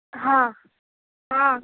हँ हँ